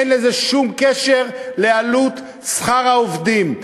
אין לזה שום קשר לעלות שכר העובדים,